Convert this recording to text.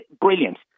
brilliant